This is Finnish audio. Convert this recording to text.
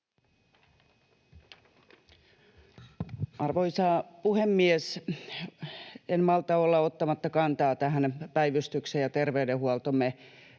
Arvoisa puhemies! En malta olla ottamatta kantaa tähän päivystyksen ja terveydenhuoltomme